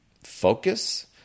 focus